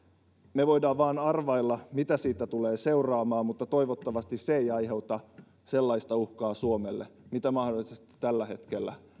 me voimme vain arvailla mitä siitä tulee seuraamaan mutta toivottavasti se ei aiheuta sellaista uhkaa suomelle kuin mitä se mahdollisesti tällä hetkellä